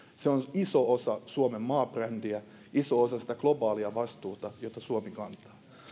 se on iso osa suomen maabrändiä iso osa sitä globaalia vastuuta jota suomi kantaa